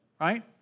right